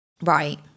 Right